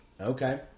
Okay